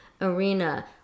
arena